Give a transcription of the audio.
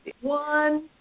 one